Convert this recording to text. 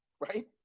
right